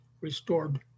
restored